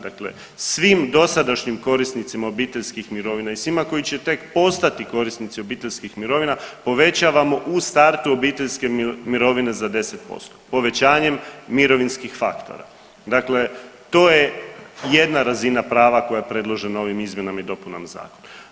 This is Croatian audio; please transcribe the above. Dakle svim dosadašnjim korisnicima obiteljskih mirovina i svima koji će tek postati korisnici obiteljskih mirovina povećavamo u startu obiteljske mirovine za 10% povećanjem mirovinskih faktora, dakle to je jedna razina prava koja je predložena ovim izmjenama i dopunama zakona.